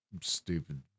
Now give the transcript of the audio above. stupid